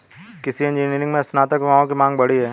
कृषि इंजीनियरिंग में स्नातक युवाओं की मांग बढ़ी है